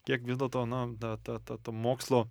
kiek vis dėlto na da ta ta ta mokslo